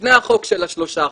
לפני החוק של ה-3%,